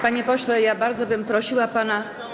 Panie pośle, ja bardzo bym prosiła pana.